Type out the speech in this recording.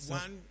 one